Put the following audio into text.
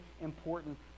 important